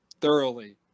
thoroughly